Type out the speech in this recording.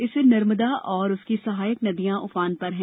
इससे नर्मदा तथा उसकी सहायक नदी नाल उफान पर हैं